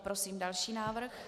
Prosím další návrh.